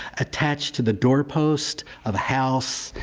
attached to the doorpost of a house,